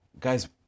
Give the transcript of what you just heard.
guys